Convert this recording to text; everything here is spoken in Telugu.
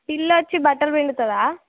పిల్లి వచ్చి బట్టలు పిండుతుందా